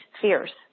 fears